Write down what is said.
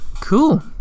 Cool